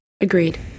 Agreed